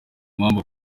mpamvu